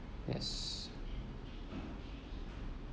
yes